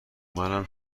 منم